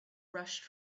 rushed